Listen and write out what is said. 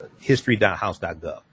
history.house.gov